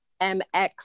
MX